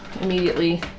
immediately